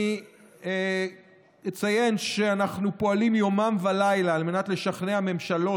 אני אציין שאנחנו פועלים יומם ולילה על מנת לשכנע ממשלות,